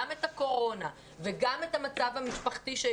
גם את הקורונה וגם את המצב המשפחתי.